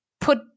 put